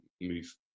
move